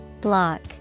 Block